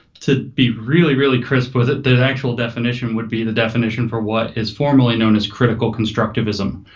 to be really, really crisp with it, the actual definition would be the definition for what is formally known as critical constructivism,